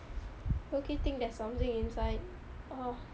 low-key think there's something inside ah